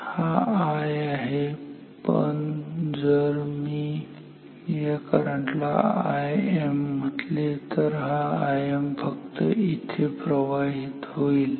हा I आहे पण जर मी या करंट ला Im म्हटले तर हा Im फक्त इथे प्रवाहित होईल